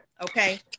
Okay